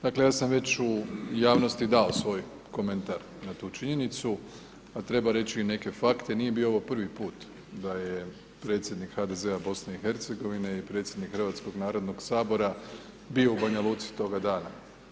Dakle ja sam već u javnosti dao svoj komentar na tu činjenicu a treba reći i neke fakte, nije bio ovo prvi put da je predsjednik HDZ-a BiH-a i predsjednik Hrvatskog narodnog sabora bio u Banja Luci toga dana.